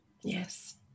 Yes